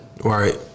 Right